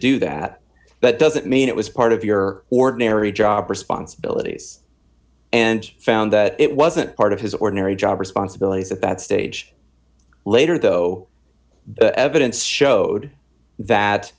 do that that doesn't mean it was part of your ordinary job responsibilities and found that it wasn't part of his ordinary job responsibilities at that stage later though evidence showed that